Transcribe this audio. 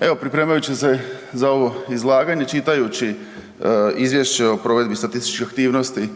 Evo pripremajući se za ovo izlaganje, čitajući Izvješće o provedbi statističke aktivnosti